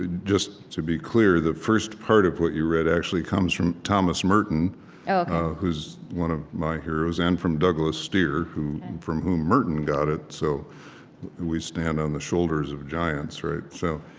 just to be clear, the first part of what you read actually comes from thomas merton oh who's one of my heroes, and from douglas steere, from whom merton got it. so we stand on the shoulders of giants, right? so